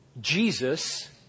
Jesus